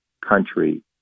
country